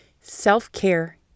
Self-care